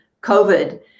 COVID